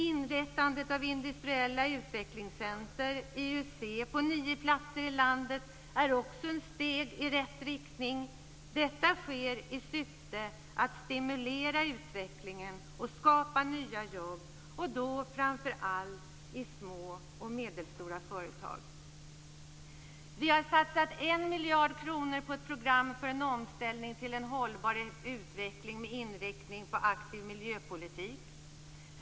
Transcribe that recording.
Inrättandet av industriella utvecklingscentrer, IUC, på nio platser i landet är också ett steg i rätt riktning. Detta sker i syfte att stimulera utvecklingen och skapa nya jobb, och då framför allt i små och medelstora företag. Vi har satsat 1 miljard kronor på ett program för en omställning till en hållbar utveckling med inriktning på aktiv miljöpolitik.